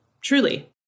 Truly